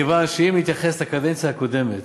אם נתייחס לקדנציה הקודמת,